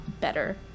better